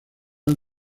del